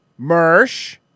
mersh